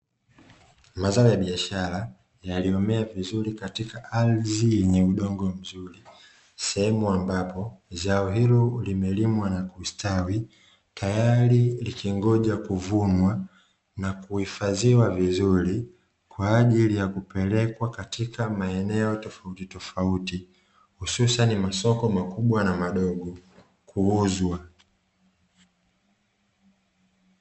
Mazao ya biashara yaliyomea vizuri katika ardhi yenye udongo mzuri sehemu ambapo zao hilo, limelimwa na kustawi, tayari likingoja kuvunwa na kuhifaziwa vizuri kwa ajili ya kupelekwa katika maeneo tofauti tofauti hususani masoko makubwa na madogo kuuzwa.